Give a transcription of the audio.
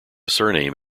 surname